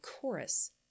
chorus